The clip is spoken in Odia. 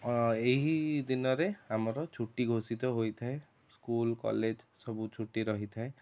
ଅ ଏହି ଦିନରେ ଆମର ଛୁଟି ଘୋଷିତ ହୋଇଥାଏ ସ୍କୁଲ୍ କଲେଜ୍ ସବୁ ଛୁଟି ରହିଥାଏ